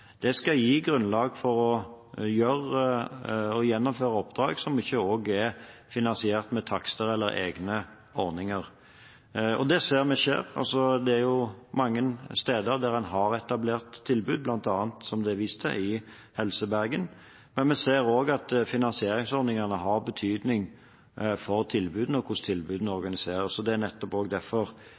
takster eller egne ordninger – og det ser vi at skjer. Mange steder har en etablert tilbud, bl.a., som det er vist til, i Helse Bergen, men vi ser også at finansieringsordningene har betydning for tilbudene og for hvordan tilbudene organiseres. Det er også nettopp derfor